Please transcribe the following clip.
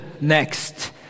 next